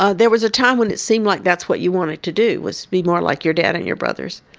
ah there was a time when it seemed like that's what you wanted to do, was be more like your dad and your brothers.